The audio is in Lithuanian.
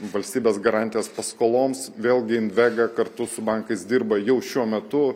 valstybės garantijas paskoloms vėlgi invega kartu su bankais dirba jau šiuo metu